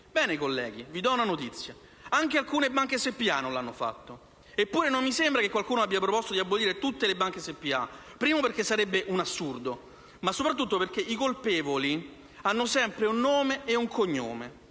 Bene, colleghi, vi do una notizia: anche alcune banche SpA non l'hanno fatto, eppure non mi sembra che qualcuno abbia proposto di abolire tutte le banche SpA, anzitutto perché sarebbe un assurdo, ma soprattutto perché i colpevoli hanno sempre un nome e un cognome.